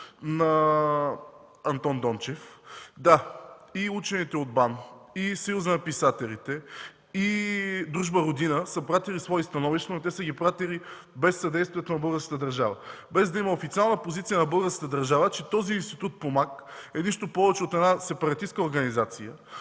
на Антон Дончев. Да, и учените от БАН, и Съюзът на писателите, и Дружба „Родина” са изпратили свои становища, но те са ги изпратили без съдействието на българската държава, без да има официална позиция на българската държава, че този Институт „Помак” е нищо повече от една сепаратистка организация.